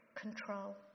control